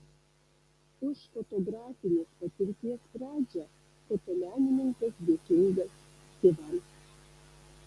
už fotografinės patirties pradžią fotomenininkas dėkingas tėvams